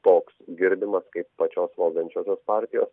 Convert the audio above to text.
toks girdimas kaip pačios valdančiosios partijos